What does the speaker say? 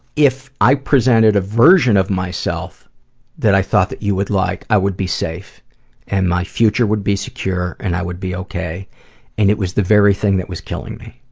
if i presented a version of myself that i thought that you would like, i would be safe and my future would be secure and i would be ok and it was the very thing that was killing me.